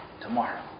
tomorrow